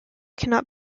cannot